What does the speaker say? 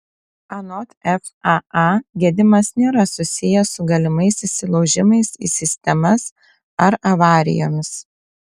anot faa gedimas nėra susijęs su galimais įsilaužimais į sistemas ar avarijomis